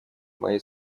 моей